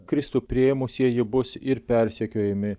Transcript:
kristų priėmusieji bus ir persekiojami